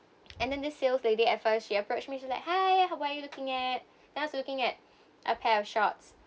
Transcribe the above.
and then the sales lady at first she approached me to like hi what are you looking at and I was looking at a pair of shorts